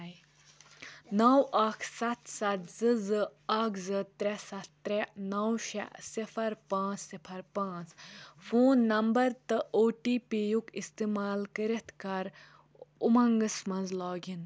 نَو اَکھ سَتھ سَتھ زٕ زٕ اَکھ زٕ ترٛےٚ سَتھ ترٛےٚ نَو شےٚ صِفَر پانٛژھ صِفَر پانٛژھ فون نمبر تہٕ او ٹی پی یُک استعمال کٔرِتھ کر اُمنٛگس منٛز لاگ اِن